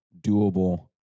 doable